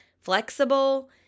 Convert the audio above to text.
flexible